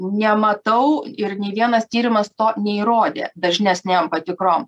nematau ir nei vienas tyrimas to neįrodė dažnesnėm patikrom